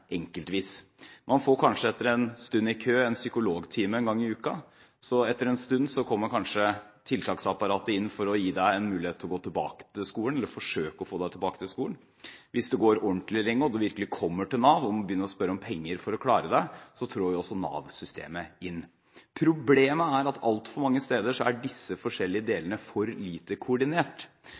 enkeltvis. Man får kanskje etter en stund i kø en psykologtime én gang i uken, og etter en stund kommer kanskje tiltaksapparatet inn for å gi dem en mulighet til å gå tilbake til skolen, eller forsøke å få dem tilbake til skolen. Hvis de går ordentlig lenge og virkelig kommer til Nav og må begynne å spørre om penger for å klare seg, trår også Nav-systemet inn. Problemet er at altfor mange steder er disse forskjellige delene for lite koordinert.